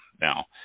now